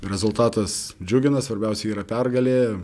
rezultatas džiugina svarbiausia yra pergalė